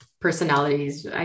personalities